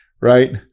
right